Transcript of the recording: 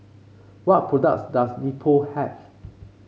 what products does Nepro have